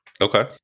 Okay